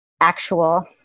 actual